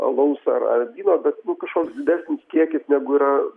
alaus ar ar vyno bet nu kažkoks didesnis kiekis negu yra